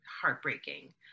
heartbreaking